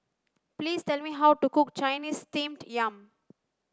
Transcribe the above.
please tell me how to cook Chinese steamed yam